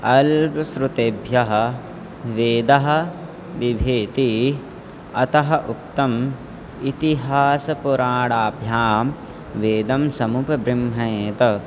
अल्पश्रुतेभ्यः वेदः बिभेति अतः उक्तम् इतिहासपुराणाभ्यां वेदं समुपब्रह्मयेत